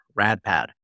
RADPAD